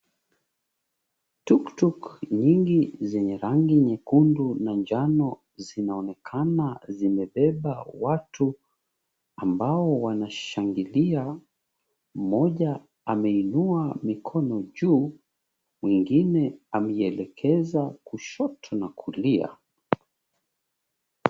Tuktuk nyingi zenye rangi nyekundu na njano zinazoonekana zimebeba watu ambao wanashangilia, mmoja ameinua mikono juu mwingine ameielekeza kushoto na kulia.